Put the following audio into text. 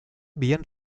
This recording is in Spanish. bien